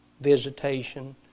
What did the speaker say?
visitation